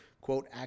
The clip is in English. quote